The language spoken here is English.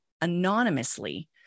anonymously